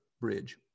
bridge